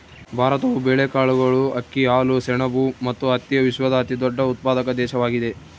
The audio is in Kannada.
ಭಾರತವು ಬೇಳೆಕಾಳುಗಳು, ಅಕ್ಕಿ, ಹಾಲು, ಸೆಣಬು ಮತ್ತು ಹತ್ತಿಯ ವಿಶ್ವದ ಅತಿದೊಡ್ಡ ಉತ್ಪಾದಕ ದೇಶವಾಗಿದೆ